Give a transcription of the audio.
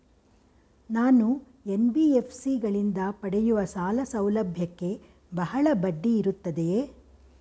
ನಾನು ಎನ್.ಬಿ.ಎಫ್.ಸಿ ಗಳಿಂದ ಪಡೆಯುವ ಸಾಲ ಸೌಲಭ್ಯಕ್ಕೆ ಬಹಳ ಬಡ್ಡಿ ಇರುತ್ತದೆಯೇ?